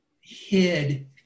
hid